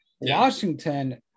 washington